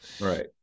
right